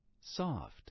Soft